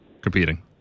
competing